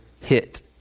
hit